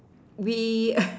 we